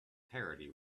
parody